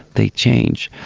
they change.